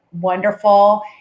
wonderful